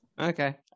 Okay